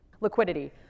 Liquidity